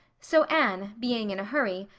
so anne, being in a hurry,